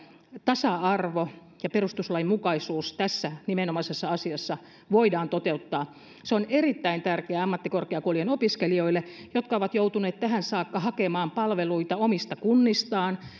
tasa arvo ja perustuslainmukaisuus tässä nimenomaisessa asiassa voidaan toteuttaa se on erittäin tärkeä ammattikorkeakoulujen opiskelijoille jotka ovat joutuneet tähän saakka hakemaan palveluita omista kunnistaan